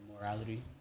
morality